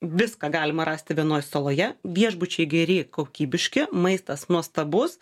viską galima rasti vienoj saloje viešbučiai geri kokybiški maistas nuostabus